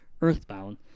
Earthbound